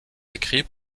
écrits